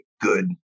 good